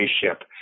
spaceship